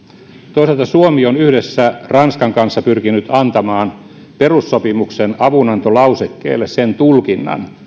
toisaalta suomi on yhdessä ranskan kanssa pyrkinyt antamaan perussopimuksen avunantolausekkeelle sen tulkinnan